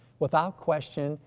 without question,